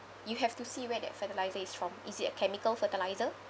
you have to see where that fertilizer is from is it a chemical fertilizer